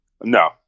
No